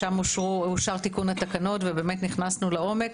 אז אושר תיקון התקנות ונכנסנו לעומק.